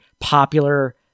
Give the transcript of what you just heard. popular